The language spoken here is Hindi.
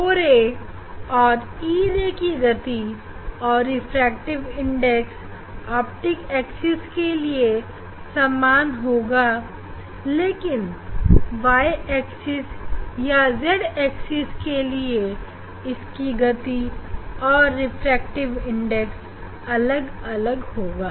O ray और e ray की गति और रिफ्रैक्टिव इंडेक्स ऑप्टिक एक्सिस के लिए सामान होगी लेकिन x axis या फिर y axis के लिए इनकी गति और रिफ्रैक्टिव इंडेक्स अलग अलग होगा